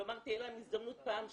כלומר תהיה להם הזדמנות פעם שניה.